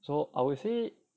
so I would say